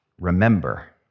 remember